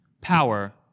power